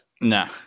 nah